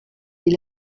est